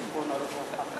זיכרונו לברכה.